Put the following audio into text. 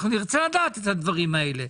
אנחנו נרצה לדעת את הדברים האלה.